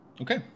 Okay